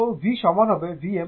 তো v সমান হবে Vm T4 T এর সাথে